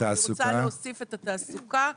אני רוצה להוסיף את התעסוקה,